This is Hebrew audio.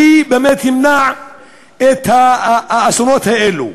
שבאמת ימנע את האסונות האלה.